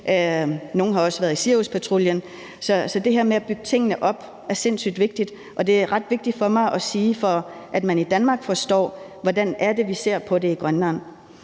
Nogle har også været i Siriuspatruljen. Det her med at bygge tingene op er sindssygt vigtigt, og det er ret vigtigt for mig at sige, for at man i Danmark forstår, hvordan vi ser på det i Grønland.